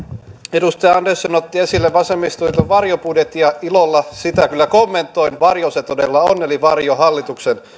edustaja andersson otti esille vasemmistoliiton varjobudjetin ja ilolla sitä kyllä kommentoin varjo se todella on eli varjo hallituksen